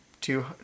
two